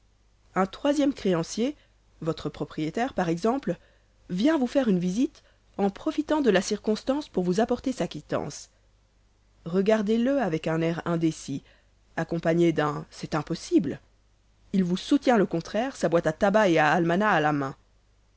un troisième créancier votre propriétaire par exemple vient vous faire une visite en profitant de la circonstance pour vous apporter sa quittance regardez-le avec un air indécis accompagné d'un c'est impossible il vous soutient le contraire sa boîte à tabac et à almanach à la main